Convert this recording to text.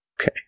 okay